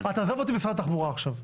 תעזוב אותי משרד התחבורה עכשיו.